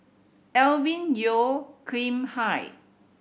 Alvin Yeo Khirn Hai